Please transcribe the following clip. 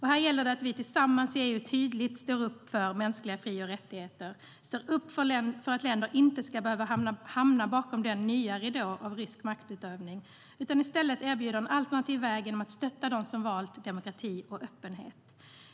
Här gäller det att vi tillsammans i EU tydligt står upp för mänskliga fri och rättigheter och för att länder inte ska behöva hamna bakom den nya ridån av rysk maktutövning och att vi i stället erbjuder en alternativ väg genom att stötta dem som valt demokrati och öppenhet.